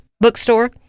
Bookstore